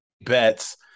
bets